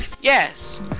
Yes